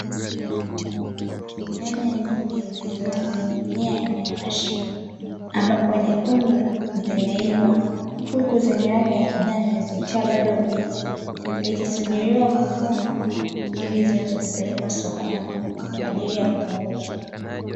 Nyanya nyingi zilizoning’inia kwenye mashina, ambapo nyekundu zimeiva, huku zenye rangi ya kijani zikiwa bado mbichi, zikisubiriwa kuvunwa, ili ziweze kupelekwa sokoni kwa ajili ya kuuzwa.